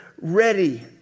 ready